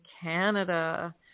Canada